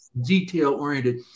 Detail-oriented